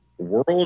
World